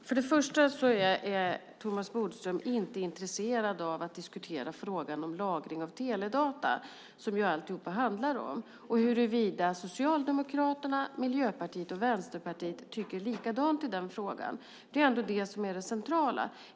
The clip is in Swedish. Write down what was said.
Fru talman! Thomas Bodström är inte intresserad av att diskutera frågan om lagring av teledata, som ju alltihop handlar om, och huruvida Socialdemokraterna, Miljöpartiet och Vänsterpartiet tycker likadant i den frågan. Det är ändå det som är det centrala.